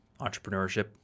entrepreneurship